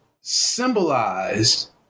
symbolized